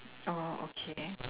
oh okay